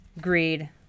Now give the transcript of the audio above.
Greed